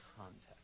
context